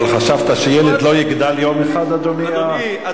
אבל חשבת שילד לא יגדל יום אחד, אדוני?